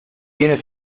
tiene